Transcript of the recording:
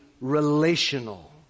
relational